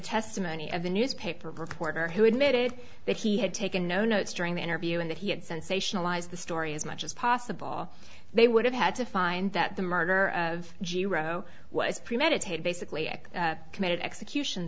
testimony of a newspaper reporter who admitted that he had taken no notes during the interview and that he had sensationalized the story as much as possible they would have had to find that the murder of a row was premeditated basically act committed execution